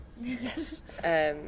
Yes